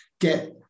get